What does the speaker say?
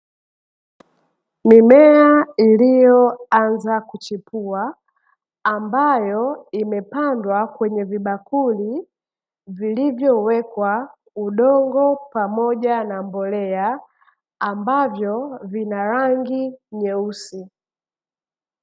Mimea iliyoanza kuchipua ambayo imepandwa kwenye vibakuli vilivyowekwa udongo pamoja na mbolea, ambavyo vina rangi nyeusi.